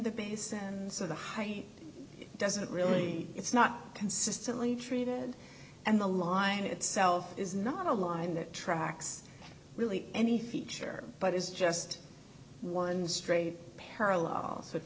the base and so the height doesn't really it's not consistently treated and the line itself is not a line that tracks really any feature but is just one straight